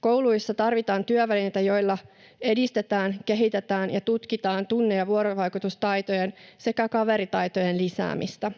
Kouluissa tarvitaan työvälineitä, joilla edistetään, kehitetään ja tutkitaan tunne- ja vuorovaikutustaitojen sekä kaveritaitojen lisäämistä.